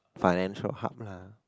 financial hub lah